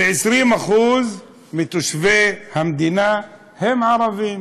ו-20% מתושבי המדינה הם ערבים.